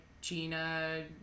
gina